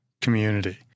community